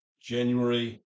January